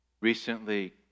recently